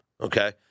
Okay